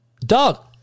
Dog